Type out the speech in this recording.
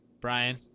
Brian